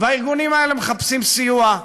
והארגונים האלה מחפשים סיוע,